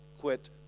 quit